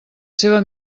seva